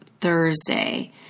Thursday